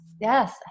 yes